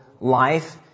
life